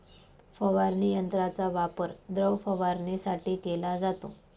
फवारणी यंत्राचा वापर द्रव फवारणीसाठी केला जातो